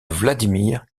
vladimir